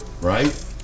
right